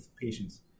patients